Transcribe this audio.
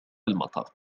المطر